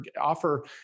Offer